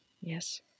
Yes